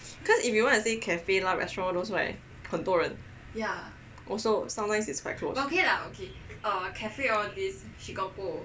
cause if you wanna say cafe restaurant all those right 很多人 also sometimes it's quite close